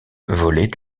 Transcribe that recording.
volet